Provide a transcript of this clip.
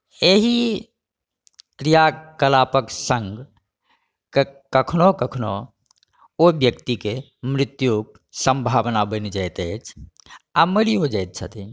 एहि क्रियाकलापक संग कखनो कखनो ओ व्यक्तिके मृत्युके सम्भावना बनि जाइत अछि आ मरियो जाइत छथिन